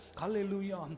hallelujah